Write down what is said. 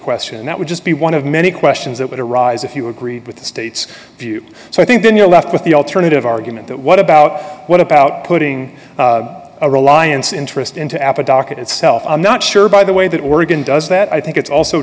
question that would just be one of many questions that would arise if you agreed with the state's view so i think then you're left with the alternative argument that what about what about putting a reliance interest into apa docket itself i'm not sure by the way that oregon does that i think it's also